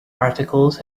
articles